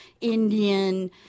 Indian